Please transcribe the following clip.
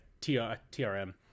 TRM